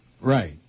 Right